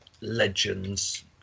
legends